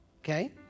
Okay